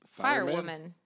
Firewoman